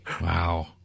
Wow